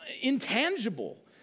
intangible